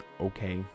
Okay